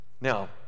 Now